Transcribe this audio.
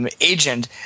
agent